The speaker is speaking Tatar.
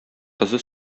кызы